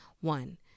One